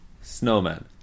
Snowman